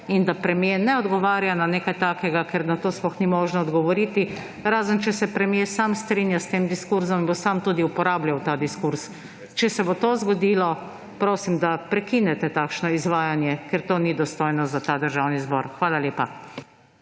in da premier ne odgovarja na nekaj takega, ker na to sploh ni možno odgovoriti, razen če se premier sam strinja s tem diskurzom in bo sam tudi uporabljal ta diskurz. Če se bo to zgodilo, prosim, da prekinete takšno izvajanje, ker to ni dostojno za ta državni zbor. Hvala lepa.